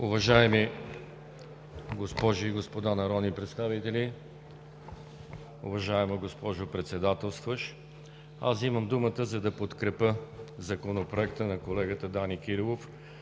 Уважаеми госпожи и господа народни представители, уважаема госпожо Председателстващ! Взимам думата, за да подкрепя Законопроекта на колегата Данаил Кирилов